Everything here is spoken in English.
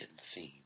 theme